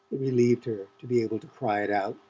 relieved her to be able to cry it out.